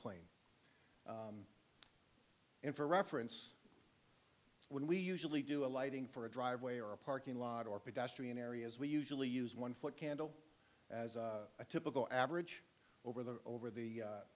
plane in for reference when we usually do a lighting for a driveway or a parking lot or pedestrian areas we usually use one foot candle as a typical average over the over the